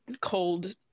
cold